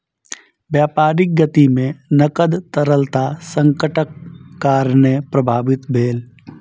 व्यापारक गति में नकद तरलता संकटक कारणेँ प्रभावित भेल